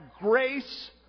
grace